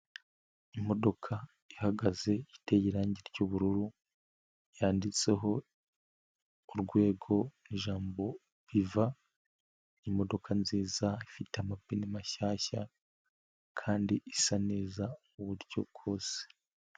Imodoka ihagaze iteye irangi ry'ubururu, yanditseho #, ijambo BIVA, imodoka nziza ifite amapine mashyashya kandi isa neza nk'uburyo bwose.